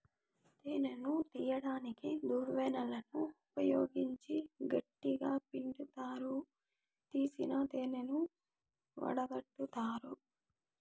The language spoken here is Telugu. తేనెను తీయడానికి దువ్వెనలను ఉపయోగించి గట్టిగ పిండుతారు, తీసిన తేనెను వడగట్టుతారు